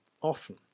often